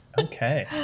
Okay